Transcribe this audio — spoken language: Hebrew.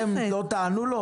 אתם לא תענו לו?